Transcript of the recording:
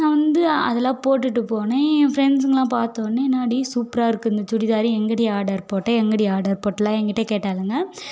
நான் வந்து அதெலாம் போட்டுகிட்டு போனேன் என் ஃபிரண்ட்ஸ்ங்கெலாம் பார்த்தவொன்னே என்னடி சூப்பராக இருக்குது இந்த சுடிதாரு எங்கேடி ஆர்டர் போட்ட எங்கேடி ஆர்டர் போட்டலாம் எங்கிட்ட கேட்டாளுங்கள்